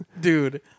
dude